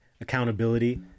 accountability